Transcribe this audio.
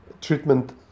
treatment